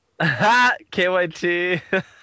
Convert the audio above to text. KYT